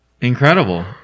Incredible